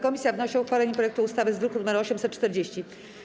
Komisja wnosi o uchwalenie projektu ustawy z druku nr 840.